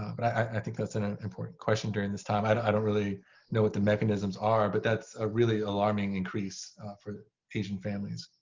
i think that's an important question during this time. i don't i don't really know what the mechanisms are, but that's a really alarming increase for asian families.